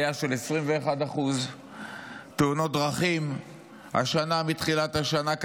עלייה של 21%; תאונות דרכים קטלניות מתחילת השנה,